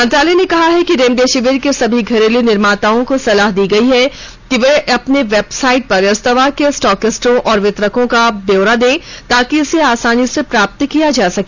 मंत्रालय ने कहा है कि रेमडेसिविर के सभी घरेलू निर्माताओं को सलाह दी गई है कि वे अपने वेबसाइट पर इस दवा के स्टॉकिस्टों और वितरकों का ब्योरा दें ताकि इसे आसानी से प्राप्त किया जा सके